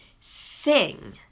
sing